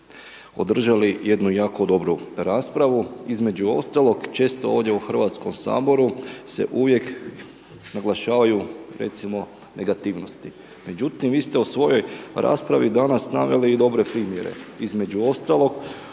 održali jednu jako dobru raspravu, između ostalog često ovdje u Hrvatskom saboru se uvijek naglašavaju recimo negativnosti. Međutim vi ste u svojoj raspravi danas naveli i dobre primjere, između ostalog